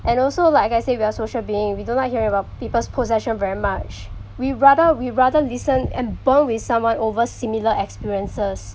and also like I say we are social beings we don't like hearing about people's possession very much we rather we rather listen and bond with someone over similar experiences